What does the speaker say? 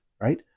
right